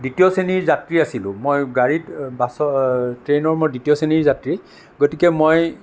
দ্ৱিতীয় শ্ৰেণীৰ যাত্ৰী আছিলোঁ মই গাড়ীত বাছৰ ট্ৰেইনৰ মই দ্ৱিতীয় শ্ৰেণীৰ যাত্ৰী গতিকে মই